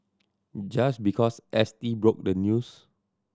just because S T broke the news